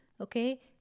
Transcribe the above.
okay